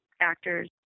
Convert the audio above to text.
actors